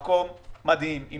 מקום מדהים עם